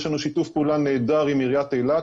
יש לנו שיתוף פעולה נהדר עם עיריית אילת,